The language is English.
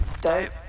Dope